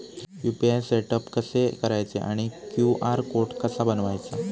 UPI setup कसे करायचे आणि क्यू.आर कोड कसा बनवायचा?